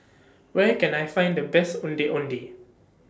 Where Can I Find The Best Ondeh Ondeh